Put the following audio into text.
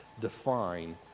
define